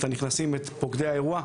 את הנכנסים ואת פוקדי האירוע,